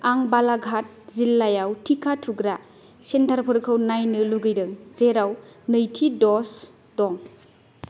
आं बालाघात जिल्लायाव टिका थुग्रा सेन्टारफोरखौ नायनो लुगैदों जेराव नैथि द'ज दं